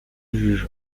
juge